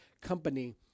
company